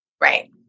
Right